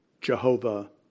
Jehovah